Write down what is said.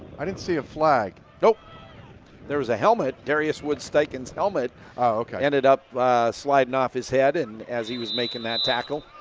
i didn't see a flag, oh there was a helmet. darius woods-steichen's helmet ended up sliding off his head and as he was making that tackle.